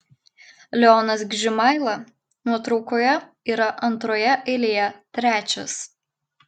leonas gžimaila nuotraukoje yra antroje eilėje trečias